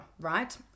right